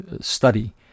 study